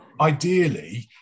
ideally